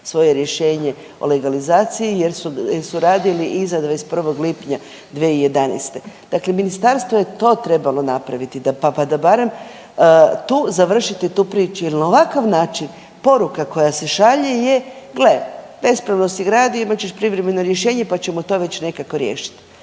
svoje rješenje o legalizaciji jer su radili iza 21.lipnja 2011., dakle ministarstvo je to trebalo napraviti pa da barem tu završite tu priču. Jel na ovakav način poruka koja se šalje je gle bespravno si gradio imat ćeš privremeno rješenje pa ćemo to već nekako riješiti.